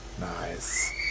nice